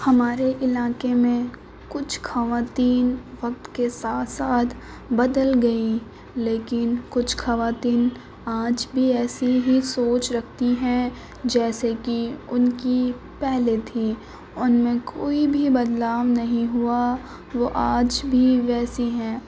ہمارے علاقے میں کچھ خواتین وقت کے ساتھ ساتھ بدل گئیں لیکن کچھ خواتین آج بھی ایسی ہی سوچ رکھتی ہیں جیسے کی ان کی پہلے تھی ان میں کوئی بھی بدلاؤ نہیں ہوا وہ آج بھی ویسی ہیں